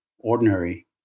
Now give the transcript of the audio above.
ordinary